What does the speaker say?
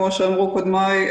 כמו שאמרו קודמיי,